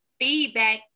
Feedback